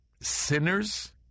sinners